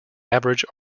average